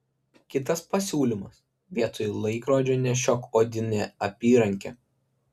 kitas pasiūlymas vietoj laikrodžio nešiok odinę apyrankę